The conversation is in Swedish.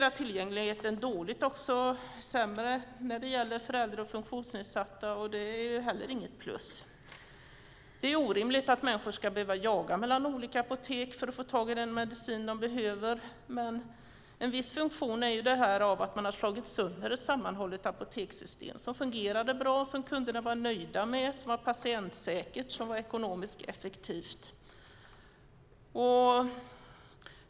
Tillgängligheten är sämre för äldre och funktionsnedsatta. Inte heller det är något plus. Det är orimligt att människor ska behöva jaga mellan olika apotek för att få tag i den medicin de behöver. Delvis är det ett resultat av att man slagit sönder ett sammanhållet apotekssystem som fungerade bra, som kunderna var nöjda med, som var patientsäkert och ekonomiskt effektivt.